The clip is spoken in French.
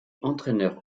entraineur